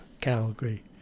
Calgary